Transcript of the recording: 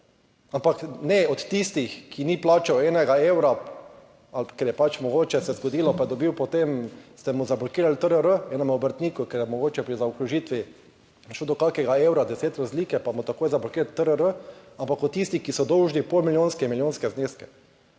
ampak ne od tistih, ki ni plačal enega evra ali ker je pač mogoče se je zgodilo, pa je dobil, potem ste mu zablokirali TRR enemu obrtniku, ker je mogoče pri zaokrožitvi šel do kakega evra deset razlike, pa mu takoj zablokirati TRR, ampak od tistih, ki so dolžni po milijonske, milijonske zneske